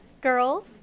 Girls